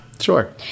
Sure